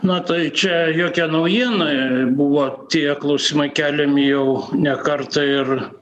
na tai čia jokia naujiena buvo tie klausimai keliami jau ne kartą ir